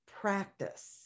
practice